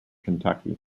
kentucky